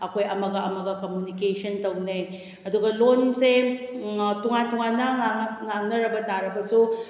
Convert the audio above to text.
ꯑꯩꯈꯣꯏ ꯑꯃꯒ ꯑꯝꯒ ꯀꯃꯨꯅꯤꯀꯦꯁꯟ ꯇꯧꯅꯩ ꯑꯗꯨꯒ ꯂꯣꯟꯁꯦ ꯇꯣꯉꯥꯟ ꯇꯣꯉꯥꯟꯅ ꯉꯥꯡꯅꯔꯕ ꯇꯥꯔꯕꯁꯨ